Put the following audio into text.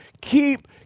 keep